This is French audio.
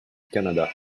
canada